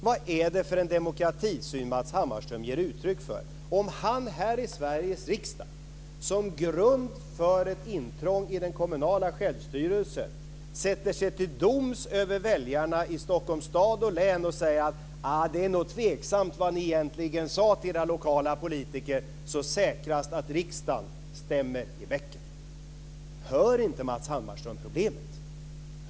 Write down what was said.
Vad är det för en demokratisyn som Matz Hammarström ger uttryck för om han här i Sveriges riksdag som grund för ett intrång i den kommunala självstyrelsen sätter sig till doms över väljarna i Stockholms stad och län och säger att det nog är tveksamt vad de egentligen sade till sina lokala politiker och att det är säkrast att riksdagen stämmer i bäcken. Hör inte Matz Hammarström problemet?